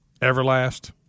everlast